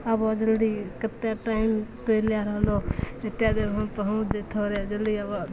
आबऽ जल्दी कतेक टाइम तू लै रहलो एतेक देरमे पहुँचि जइतहुँ रहै जल्दी आबऽ